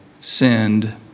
sinned